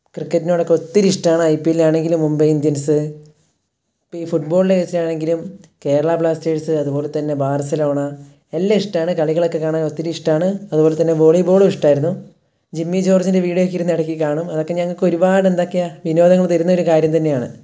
ക്രിക്കറ്റിനോടൊക്കെ ഒത്തിരി ഇഷ്ടമാണ് ഐ പി എല്ലിലാണെങ്കിലും മുംബൈ ഇന്ത്യൻസ് ഇപ്പോൾ ഈ ഫുട്ബോളിന്റെ കേസിലാണെങ്കിലും കേരള ബ്ലാസ്റ്റേഴ്സ് അതുപോലെതന്നെ ബാർസലോണ എല്ലാം ഇഷ്ടമാണ് കളികളൊക്കെ കാണാൻ ഒത്തിരി ഇഷ്ടമാണ് അതുപോലെതന്നെ വോളീബോളും ഇഷ്ടമായിരുന്നു ജിമ്മി ജോർജിൻ്റെ വീഡിയോയൊക്കെയിരുന്ന് ഇടയ്ക്ക് കാണും അതൊക്കെ ഞങ്ങൾക്കൊരുപാട് എന്തൊക്കെയാണ് വിനോദങ്ങൾ തരുന്നൊരു കാര്യം തന്നെയാണ്